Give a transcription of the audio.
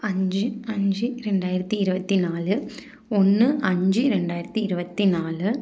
அஞ்சு அஞ்சு ரெண்டாயிரத்து இருபத்தி நாலு ஒன்று அஞ்சு ரெண்டாயிரத்து இருபத்தி நாலு